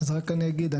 אז רק אני אגיד,